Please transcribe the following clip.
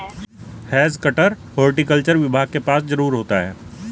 has cutter horticulture विभाग के पास जरूर होता है